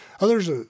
Others